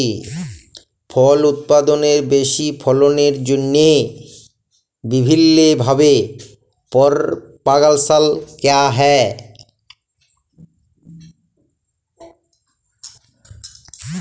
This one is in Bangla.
ফল উৎপাদলের বেশি ফললের জ্যনহে বিভিল্ল্য ভাবে পরপাগাশল ক্যরা হ্যয়